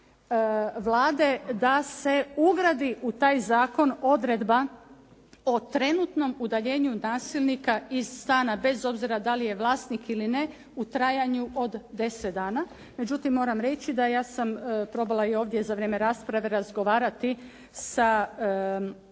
da se ugradi u taj zakon odredba o trenutnom udaljenju nasilnika iz stana, bez obzira da li je vlasnik ili ne, u trajanju od 10 dana. Međutim, moram reći da ja sam probala i ovdje za vrijeme rasprave razgovarati sa predstavnikom